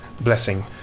blessing